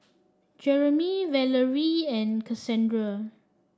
Jeromy Valeria and Casandra